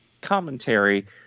commentary